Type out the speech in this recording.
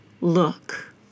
look